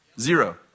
Zero